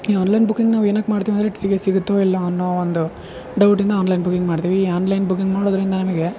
ಈ online booking ನಾವು ಏನಕ್ ಮಾಡ್ತೀವಿ ಅಂದರೆ ಟಿಕೆಟ್ ಸಿಗತ್ತೋ ಇಲ್ಲಾ ಅನ್ನೋ ಒಂದು ಡೌಟ್ಯಿಂದಆನ್ಲೈನ್ ಬುಕ್ಕಿಂಗ್ ಮಾಡ್ತೀವಿ ಈ ಆನ್ಲೈನ್ ಬುಕ್ಕಿಂಗ್ ಮಾಡೋದ್ರಿಂದ ನಮಗೆ